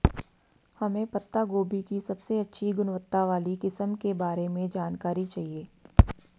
हमें पत्ता गोभी की सबसे अच्छी गुणवत्ता वाली किस्म के बारे में जानकारी चाहिए?